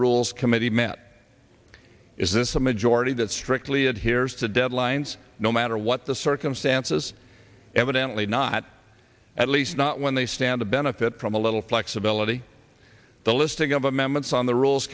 rules committee met is this a majority that strictly adheres to deadlines no matter what the circumstances evidently not at least not when they stand to benefit from a little flexibility the listing of amendments on the rules